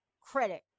credit